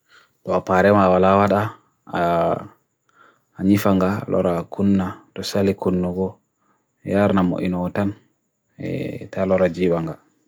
Ɓeydu toɓɓere e fon ngal, Heɓa ɓe he naange. Sadi ɗum, njama e soya ngam ɓeydude e naange ɗuum. Kadi, ɗum njama e kaɗɗo ngal e ɓe ɗuum.